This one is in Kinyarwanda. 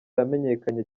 yamenyekanye